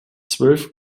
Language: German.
zwölf